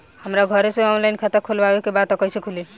हमरा घरे से ऑनलाइन खाता खोलवावे के बा त कइसे खुली?